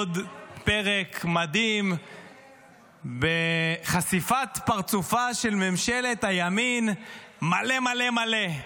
עוד פרק מדהים בחשיפת פרצופה של ממשלת הימין מלא מלא מלא.